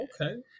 okay